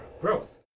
growth